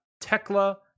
Tekla